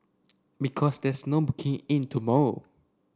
because there's no booking in tomorrow